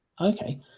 Okay